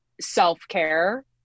self-care